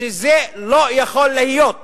שזה לא יכול להיות